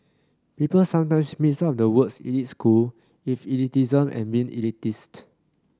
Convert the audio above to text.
people sometimes mix up the words elite school with elitism and being elitist